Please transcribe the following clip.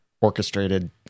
orchestrated